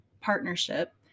partnership